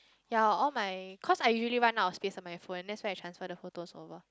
ya all my cause I really run out of space of my phone and that's why I transfer the photos over